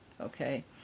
okay